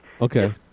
Okay